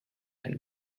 and